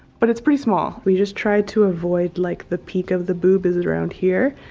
but it's pretty small we just tried to avoid like the peak of the boob. is it around here?